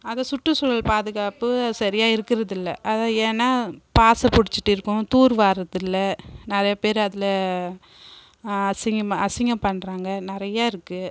அதை சுட்டு சூழல் பாதுகாப்பு சரியாக இருக்குருதில்லை அதாவுது ஏன்னா பாசி பிடுச்சிட்டுருக்கும் தூர் வாரூரத்தில்லை நிறைய பேர் அதில் அசிங்கமாக அசிங்கம் பண்ணுறாங்க நிறையா இருக்கு